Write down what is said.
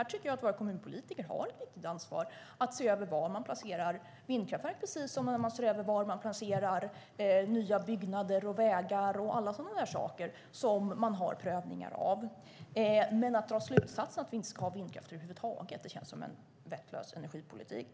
Här tycker jag att våra kommunpolitiker har ett viktigt ansvar att se över var vindkraftverk placeras precis som de ska pröva var nya byggnader, vägar och så vidare ska placeras. Men att dra slutsatsen att vi inte ska ha vindkraft över huvud taget känns som en vettlös energipolitik.